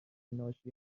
ناشی